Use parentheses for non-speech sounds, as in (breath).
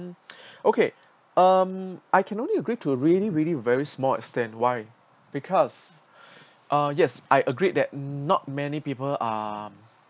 mm okay um I can only agreed to really really very small extent why because (breath) uh yes I agreed that not many people are